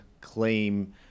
claim